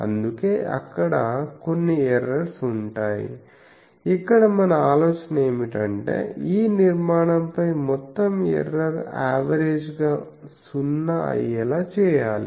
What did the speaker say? అందుకే అక్కడ కొన్ని ఎర్రర్స్ ఉంటాయి ఇక్కడ మన ఆలోచన ఏమిటంటే ఈ నిర్మాణం పై మొత్తం ఎర్రర్ అవేరేజ్గా సున్నా అయ్యే లా చేయాలి